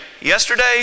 yesterday